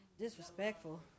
Disrespectful